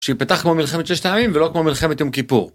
שיפתח כמו מלחמת ששת הימים, ולא כמו מלחמת עם כיפור.